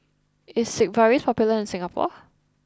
is Sigvaris popular in Singapore